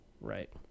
right